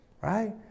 Right